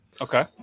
Okay